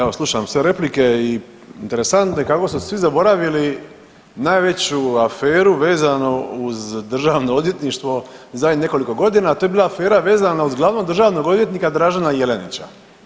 Evo slušam sve replike i interesantno je i kako su svi zaboravili najveću aferu vezano uz državno odvjetništvo zadnjih nekoliko godina, a to je bila afera vezana uz glavnog državnog odvjetnika Dražena Jelenića.